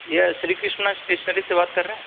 यह श्री कृष्णा स्टेशनरी से बात कर रहे हैं